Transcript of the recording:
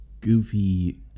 goofy –